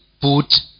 put